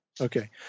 Okay